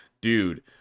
Dude